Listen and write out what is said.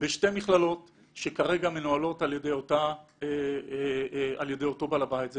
בשתי מכללות שכרגע מנוהלות על ידי אותו בעל הבית.